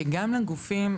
שגם לגופים,